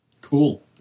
Cool